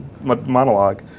monologue